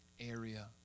area